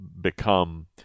become